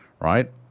right